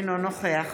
אינו נוכח